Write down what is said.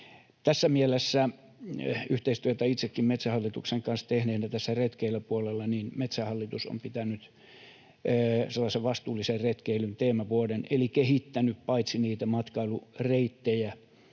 olen itsekin yhteistyötä Metsähallituksen kanssa tehnyt tässä retkeilypuolella — Metsähallitus on pitänyt sellaisen vastuullisen retkeilyn teemavuoden eli kehittänyt paitsi matkailureittejä